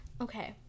Okay